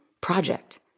project